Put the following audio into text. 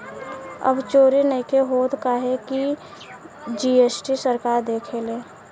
अब चोरी नइखे होत काहे की जी.एस.टी सरकार देखेले